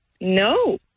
no